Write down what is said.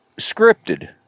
scripted